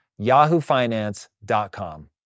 yahoofinance.com